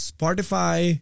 Spotify